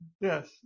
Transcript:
Yes